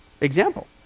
Example